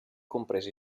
compresi